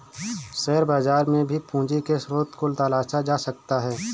share बाजार में भी पूंजी के स्रोत को तलाशा जा सकता है